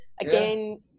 again